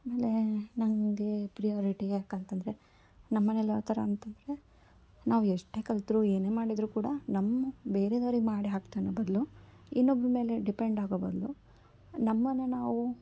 ಆಮೇಲೆ ನನಗೆ ಪ್ರಿಯೋರಿಟಿ ಯಾಕಂತಂದರೆ ನಮ್ಮ ಮನೆಲಿ ಯಾವ ಥರ ಅಂತಂದರೆ ನಾವು ಎಷ್ಟೇ ಕಲಿತ್ರೂ ಏನೇ ಮಾಡಿದರೂ ಕೂಡ ನಮ್ಮ ಬೇರೆದವ್ರಿಗೆ ಮಾಡಿ ಹಾಕ್ತ್ ಅನ್ನೊ ಬದಲು ಇನ್ನೊಬ್ರ ಮೇಲೆ ಡಿಪೆಂಡ್ ಆಗೋ ಬದಲು ನಮ್ಮನ್ನು ನಾವು